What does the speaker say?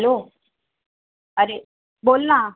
hello अरे बोल ना